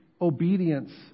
obedience